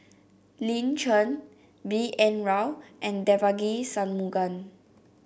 Lin Chen B N Rao and Devagi Sanmugam